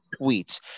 tweets